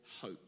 hope